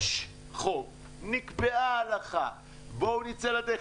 יש חוק, נקבעה הלכה, בואו נצא לדרך.